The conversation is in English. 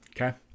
Okay